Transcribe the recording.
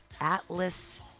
Atlas